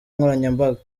nkoranyambaga